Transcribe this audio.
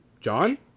John